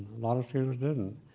lot of students didn't.